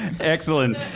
Excellent